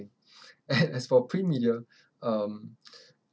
and as for print media um